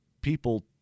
people